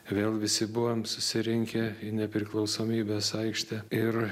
vėl visi buvom susirinkę į nepriklausomybės aikštę ir